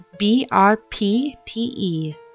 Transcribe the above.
BRPTE